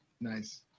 nice